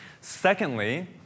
Secondly